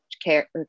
care